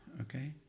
okay